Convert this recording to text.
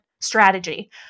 strategy